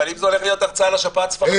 אבל אם זה הולך להיות הרצאה על השפעת הספרדית,